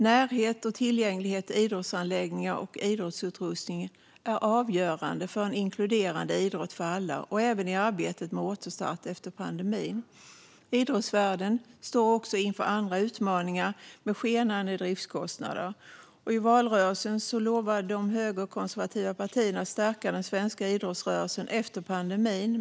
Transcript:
Närhet och tillgång till idrottsanläggningar och idrottsutrustning är avgörande för en inkluderande idrott för alla, även i arbetet med att återstarta efter pandemin. Idrottsvärlden står också inför andra utmaningar, till exempel skenande driftskostnader. I valrörelsen lovade de högerkonservativa partierna att stärka den svenska idrottsrörelsen efter pandemin.